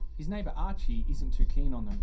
his neighbour archie isn't too keen on